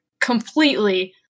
completely